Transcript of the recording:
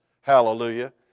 Hallelujah